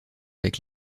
avec